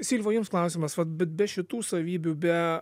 silva jums klausimas vat be be šitų savybių be